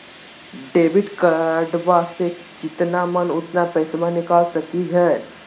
Debit कार्डबा से जितना मन उतना पेसबा निकाल सकी हय?